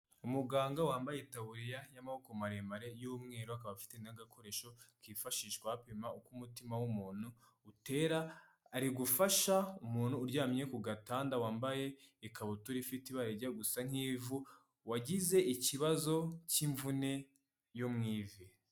Umuganga wambaye itabuririya y'amaboko maremare y'umweru akaba afite n'agakoresho kifashishwa bapima uko umutima w'umuntu utera, ari gufasha umuntu uryamye ku gatanda wambaye ikabutura ifite ibarajya gusa nk'ivu wagize ikibazo cy'imvune yo mu ivi.